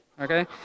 okay